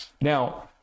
Now